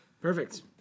Perfect